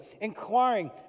inquiring